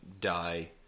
die